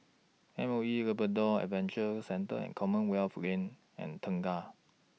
M O E Labrador Adventure Centre and Commonwealth Lane and Tengah